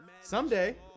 Someday